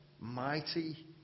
mighty